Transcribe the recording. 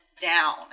down